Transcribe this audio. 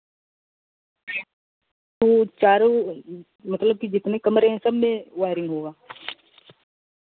तो चारों मतलब जितने कमरे हैं सबमें वायरिंग होगा